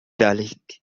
ذلك